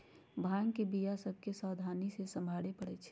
भांग के बीया सभ के सावधानी से सम्हारे परइ छै